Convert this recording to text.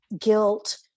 guilt